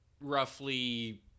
roughly